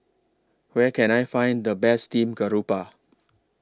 Where Can I Find The Best Steamed Garoupa